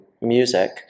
music